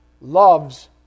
loves